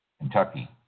Kentucky